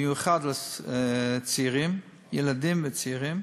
במיוחד לילדים וצעירים,